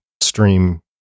stream